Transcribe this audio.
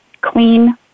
Clean